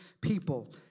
people